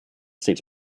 states